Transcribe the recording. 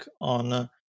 on